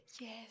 Yes